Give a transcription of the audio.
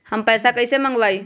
हम पैसा कईसे मंगवाई?